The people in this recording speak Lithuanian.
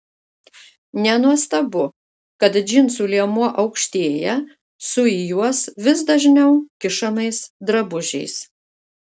nenuostabu kad džinsų liemuo aukštėja su į juos vis dažniau kišamais drabužiais